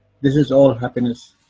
this is all happiness.